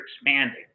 expanding